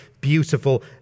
beautiful